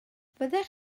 fyddech